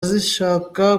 zishaka